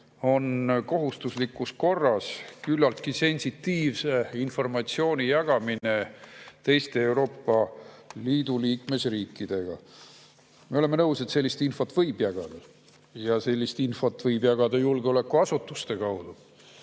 kohustuslikus korras küllaltki sensitiivse informatsiooni jagamises teiste Euroopa Liidu liikmesriikidega. Me oleme nõus, et sellist infot võib jagada ja sellist infot võib jagada julgeolekuasutuste kaudu,